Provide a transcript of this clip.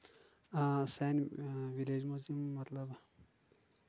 آ سانہِ وِلیج منٛز یِم مطلب